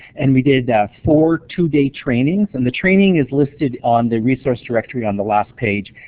and we did four two-day trainings. and the training is listed on the resource directory on the last page.